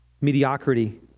mediocrity